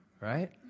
Right